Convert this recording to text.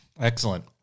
Excellent